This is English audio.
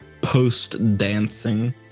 post-dancing